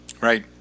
Right